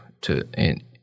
to—and